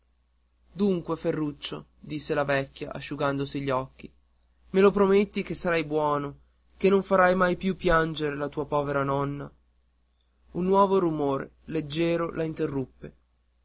dunque ferruccio disse la vecchia asciugandosi gli occhi me lo prometti che sarai buono che non farai mai più piangere la tua povera nonna un nuovo rumor leggiero la interruppe